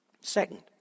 Second